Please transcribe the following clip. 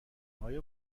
آیا